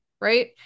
right